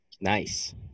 Nice